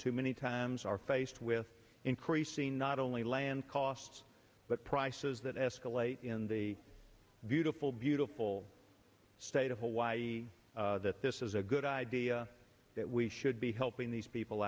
who many times are faced with increasing not only land costs but prices that escalate in the beautiful beautiful state of hawaii that this is a good idea that we should be helping these people